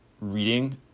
reading